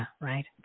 right